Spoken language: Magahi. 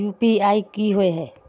यु.पी.आई की होय है?